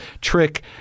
trick